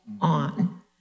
on